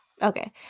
Okay